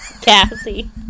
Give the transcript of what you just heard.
Cassie